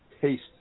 taste